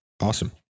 Awesome